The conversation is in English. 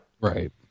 Right